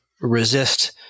resist